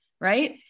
right